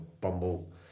Bumble